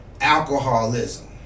alcoholism